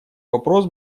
вопрос